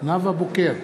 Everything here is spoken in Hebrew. נאוה בוקר,